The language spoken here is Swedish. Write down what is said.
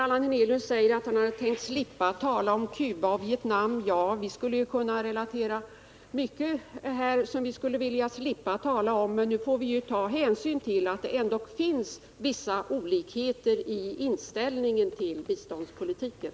Allan Hernelius säger att han hade tänkt slippa tala om Cuba och Vietnam. Vi skulle kunna relatera mycket som vi skulle vilja slippa tala om, men vi får ju ta hänsyn till att det ändock finns vissa olikheter i inställningen till biståndspolitiken.